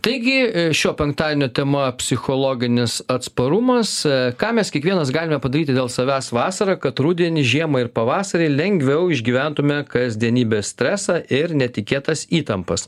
taigi šio penktadienio tema psichologinis atsparumas ką mes kiekvienas galime padaryti dėl savęs vasarą kad rudenį žiemą ir pavasarį lengviau išgyventume kasdienybės stresą ir netikėtas įtampas